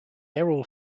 errol